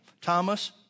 Thomas